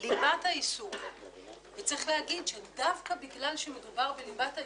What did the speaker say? ודיון שגם מדבר על גורלו של